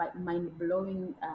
mind-blowing